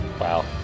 wow